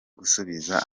gusubiza